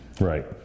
Right